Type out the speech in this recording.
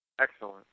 Excellent